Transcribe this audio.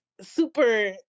super